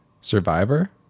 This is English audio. Survivor